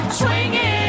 swinging